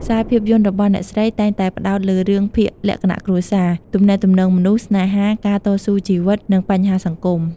ខ្សែភាពយន្តរបស់អ្នកស្រីតែងតែផ្តោតលើរឿងភាគលក្ខណៈគ្រួសារ ទំនាក់ទំនងមនុស្ស ស្នេហា ការតស៊ូជីវិត និងបញ្ហាសង្គម។